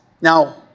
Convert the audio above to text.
Now